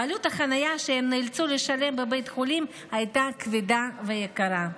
ועלות החניה שהן נאלצו לשלם בבית החולים הייתה כבדה ויקרה.